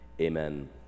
amen